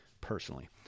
personally